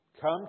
Come